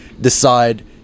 decide